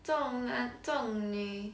重男重女